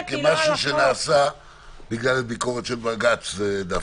לזה כאל משהו שנעשה בגלל ביקורת של בג"ץ דווקא.